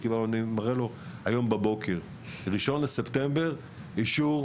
הראיתי לו: היום בבוקר, ב-1 בספטמבר קיבלתי אישור